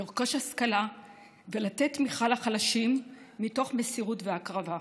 לרכוש השכלה ולתת תמיכה לחלשים מתוך מסירות והקרבה,